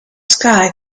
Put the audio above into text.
sky